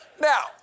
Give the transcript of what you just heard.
Now